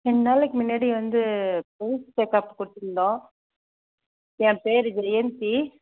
ரெண்டு நாளைக்கு முன்னடி வந்து ஹெல்த் செக்கப் கொடுத்துருந்தோம் ஏ பேர் ஜெயந்தி